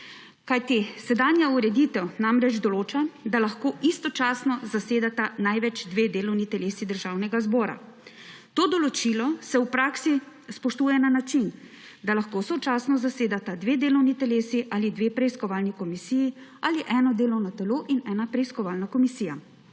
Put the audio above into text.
kajti sedanja ureditev namreč določa, da lahko istočasno zasedata največ dve delovni telesi Državnega zbora. To določilo se v praksi spoštuje na način, da lahko sočasno zasedata dve delovni telesi ali dve preiskovalni komisiji ali eno delovno telo in ena preiskovalna komisija.